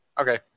Okay